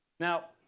now